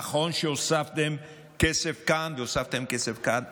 נכון שהוספתם כסף כאן והוספתם כסף כאן,